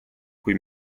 cui